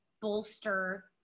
bolster